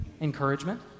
Encouragement